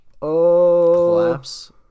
Collapse